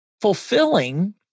fulfilling